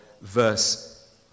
verse